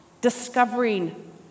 discovering